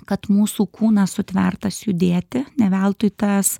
kad mūsų kūnas sutvertas judėti ne veltui tas